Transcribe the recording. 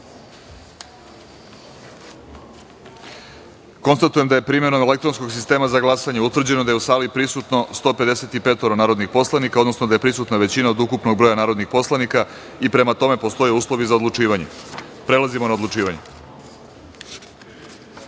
jedinice. Konstatujem da je primenom elektronskog sistema za glasanje utvrđeno da je u sali prisutno 155 narodnih poslanika, odnosno da je prisutna većina od ukupnog broja narodnih poslanika i da prema tome postoje uslovi za odlučivanje. Prelazimo na odlučivanje. Druga